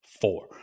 Four